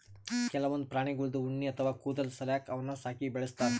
ಕೆಲವೊಂದ್ ಪ್ರಾಣಿಗಳ್ದು ಉಣ್ಣಿ ಅಥವಾ ಕೂದಲ್ ಸಲ್ಯಾಕ ಅವನ್ನ್ ಸಾಕಿ ಬೆಳಸ್ತಾರ್